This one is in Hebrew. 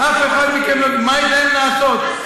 מה יש להם לעשות?